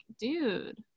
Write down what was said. dude